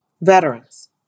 veterans